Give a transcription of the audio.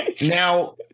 Now